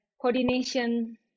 coordination